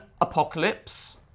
Apocalypse